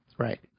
Right